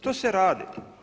To se radi.